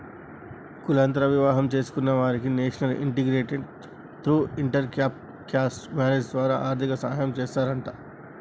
కులాంతర వివాహం చేసుకున్న వాలకి national integration through inter caste marriage ద్వారా ఆర్థిక సాయం చేస్తారంట